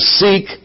seek